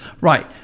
right